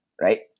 right